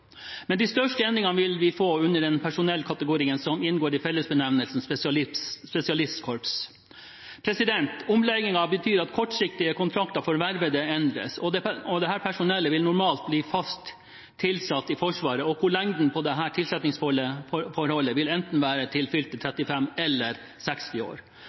Men de største endringene vil vi få under den personellkategorien som inngår i fellesbenevnelsen spesialistkorps. Omleggingen betyr at kortsiktige kontrakter for vervede endres, og dette personellet vil normalt bli fast tilsatt i Forsvaret, hvor lengden på tilsettingsforholdet vil enten være til fylte 35 eller fylte 60 år.